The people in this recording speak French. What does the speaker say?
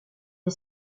des